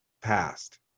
past